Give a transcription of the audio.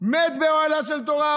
מת באוהלה של תורה,